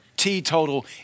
teetotal